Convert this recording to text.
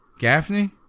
Gaffney